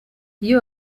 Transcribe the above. iyo